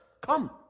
Come